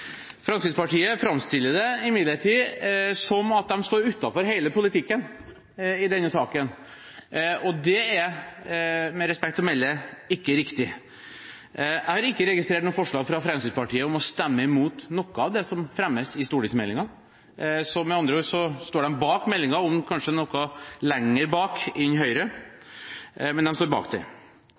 Fremskrittspartiet framstiller det imidlertid som at de står utenfor hele politikken i denne saken. Det er med respekt å melde ikke riktig. Jeg har ikke registrert noe forslag fra Fremskrittspartiet om å stemme mot noe av det som fremmes i stortingsmeldingen. Med andre ord står de bak meldingen, om enn kanskje noe lenger bak enn Høyre, men de står bak